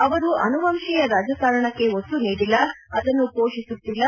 ಅವರು ಅನುವಂಶೀಯ ರಾಜಕೀಯಕ್ಕೆ ಒತ್ತು ನೀಡಿಲ್ಲ ಅದನ್ನು ಪೋಷಿಸುತ್ತಿಲ್ಲ